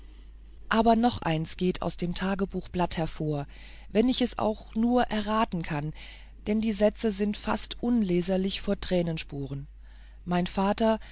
aber noch eins geht aus dem tagebuchblatt hervor wenn ich es auch nur erraten kann denn die sätze sind fast unleserlich vor tränenspuren mein vater